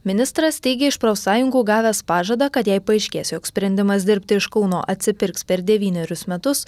ministras teigė iš profsąjungų gavęs pažadą kad jei paaiškės jog sprendimas dirbti iš kauno atsipirks per devynerius metus